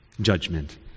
judgment